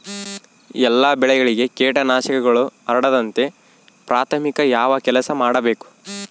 ಎಲ್ಲ ಬೆಳೆಗಳಿಗೆ ಕೇಟನಾಶಕಗಳು ಹರಡದಂತೆ ಪ್ರಾಥಮಿಕ ಯಾವ ಕೆಲಸ ಮಾಡಬೇಕು?